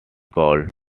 called